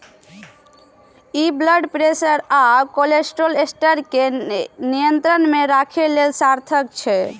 ई blood pressure आ cholesterol स्तर कें नियंत्रण मे राखै लेल सार्थक छै